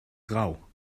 trouw